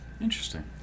Interesting